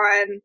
on